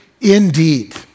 indeed